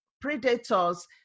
predators